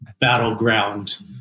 battleground